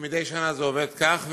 מדי שנה זה עובד כך,